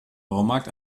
baumarkt